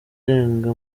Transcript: irenga